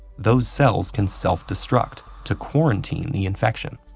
those cells can self-destruct to quarantine the infection.